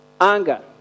anger